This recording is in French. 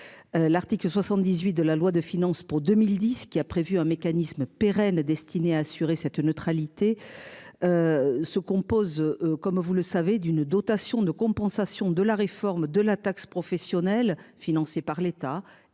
L'article 78 de la loi de finances pour 2010, qui a prévu un mécanisme pérenne destinée à assurer cette neutralité. Se compose comme vous le savez d'une dotation de. Compensation de la réforme de la taxe professionnelle financée par l'État